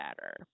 better